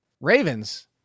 Ravens